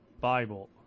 Bible